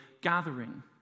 gathering